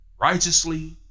righteously